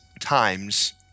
times